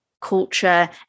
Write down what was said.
culture